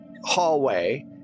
hallway